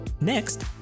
Next